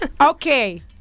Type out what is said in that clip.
okay